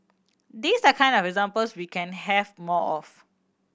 these are kind of examples we can have more of